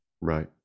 Right